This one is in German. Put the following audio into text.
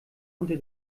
unter